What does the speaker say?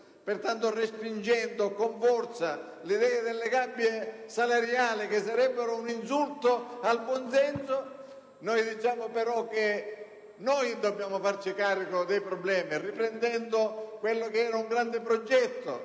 Pertanto, respingendo con forza l'idea delle gabbie salariali, che sarebbero un insulto al buonsenso, noi diciamo però che dobbiamo farci carico dei problemi riprendendo quello che era un grande progetto